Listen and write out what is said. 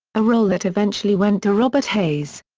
a role that eventually went to robert hays.